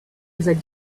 because